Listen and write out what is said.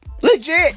Legit